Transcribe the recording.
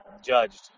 judged